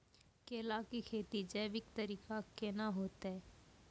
केला की खेती जैविक तरीका के ना होते?